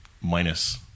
minus